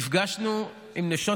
נפגשנו עם המפונים מהצפון ומהדרום,